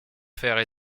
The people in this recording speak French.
faire